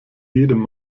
jedem